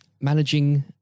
managing